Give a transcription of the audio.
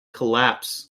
collapse